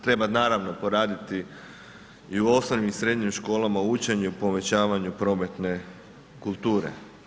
Treba naravno poraditi i u osnovnim i u srednjim školama u učenju i povećavanju prometne kulture.